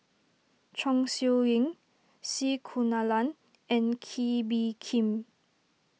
Chong Siew Ying C Kunalan and Kee Bee Khim